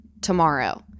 tomorrow